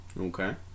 Okay